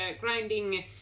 grinding